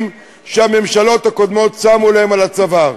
שהממשלות הקודמות שמו להם על הצוואר.